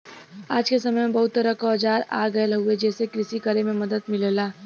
आज क समय में बहुत तरह क औजार आ गयल हउवे जेसे कृषि करे में मदद मिलला